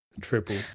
Triple